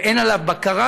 ואין עליו בקרה.